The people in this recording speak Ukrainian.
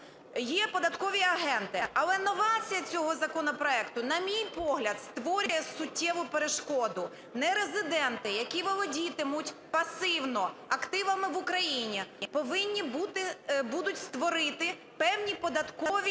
є податкові агенти. Але новація цього законопроекту, на мій погляд, створює суттєву перешкоду: нерезиденти, які володітимуть пасивно активами в Україні, повинні бути будуть створити певні податкові